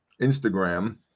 Instagram